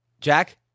Jack